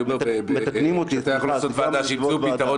אני הייתי חבר ועדה והכול היה פתוח.